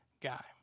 guy